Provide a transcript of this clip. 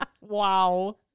Wow